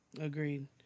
Agreed